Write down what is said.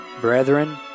brethren